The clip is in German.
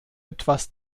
etwas